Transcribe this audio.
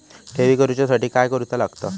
ठेवी करूच्या साठी काय करूचा लागता?